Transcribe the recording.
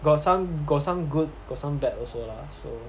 got some got some good got some bad also lah so